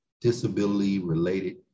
disability-related